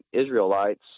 israelites